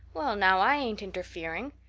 well now, i ain't interfering.